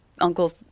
uncle's